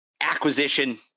acquisition